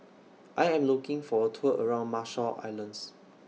I Am looking For A Tour around Marshall Islands